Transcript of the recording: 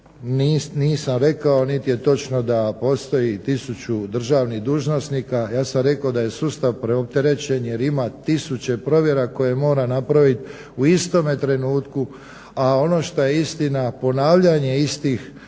nisam rekao niti je točno da postoji tisuću državnih dužnosnika, ja sam rekao da je sustav preopterećen jer ima tisuće provjera koje mora napraviti u istome trenutku, a ono što je istina ponavljanje istih